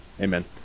amen